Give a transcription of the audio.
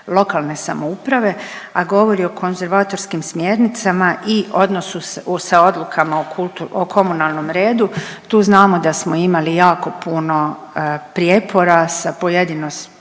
lokalne samouprave, a govori o konzervatorskim smjernicama i odnosu sa odlukama o komunalnom redu. Tu znamo da smo imali jako puno prijepora sa pojedinom,